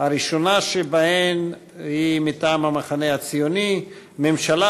הראשונה שבהן היא מטעם המחנה הציוני: ממשלה